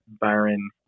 byron